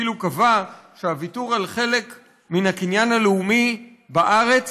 אפילו קבע שהוויתור על חלק מן הקניין הלאומי בארץ